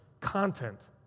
content